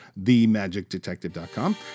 themagicdetective.com